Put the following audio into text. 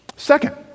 Second